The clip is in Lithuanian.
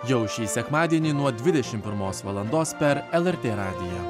jau šį sekmadienį nuo dvidešimt pirmos valandos per lrt radiją